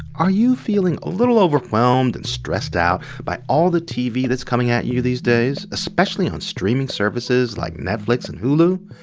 are you feeling a little overwhelmed and stressed out by all the tv that's coming at you these days, especially on streaming services like netflix and hulu?